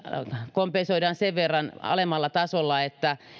kompensoidaan sen verran alemmalla tasolla että